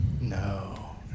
No